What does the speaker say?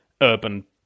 urban